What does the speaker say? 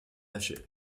lâché